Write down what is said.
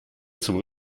zum